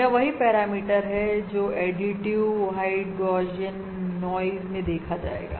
यह वही पैरामीटर है जो एडिटिव व्हाइट गौशियन नॉइस मे देखा जाएगा